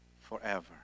forever